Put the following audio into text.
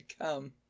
come